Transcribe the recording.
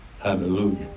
Hallelujah